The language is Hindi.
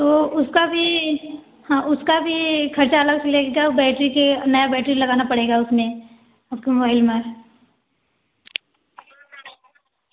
तो उसका भी हाँ उसका भी खर्चा अलग से लगेगा बैटरी के नया बैटरी लगाना पड़ेगा उसमें